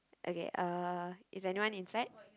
okay uh is anyone inside